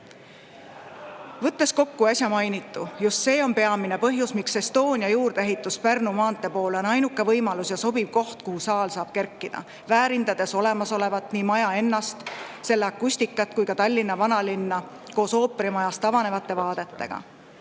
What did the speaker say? Võttes kokku äsja mainitu: just see on peamine põhjus, miks Estonia juurdeehitus Pärnu maantee poole on ainuke võimalus ja sobiv koht, kuhu saal saab kerkida, väärindades olemasolevat, nii maja ennast, selle akustikat kui ka Tallinna vanalinna koos ooperimajast avanevate vaadetega.